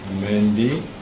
Mandy